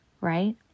right